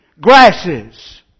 grasses